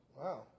Wow